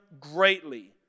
greatly